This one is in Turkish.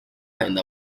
ayında